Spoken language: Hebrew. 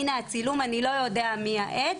הנה הצילום, אני לא יודע מי העד,